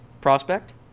prospect